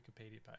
Wikipedia